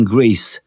Greece